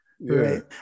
Right